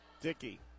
Dickey